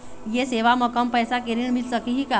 ये सेवा म कम पैसा के ऋण मिल सकही का?